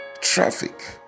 traffic